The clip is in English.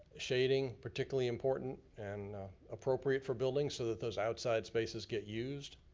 shading, particularly important and appropriate for buildings so that those outside spaces get used.